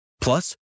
Plus